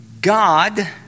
God